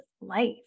life